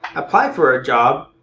apply for a job,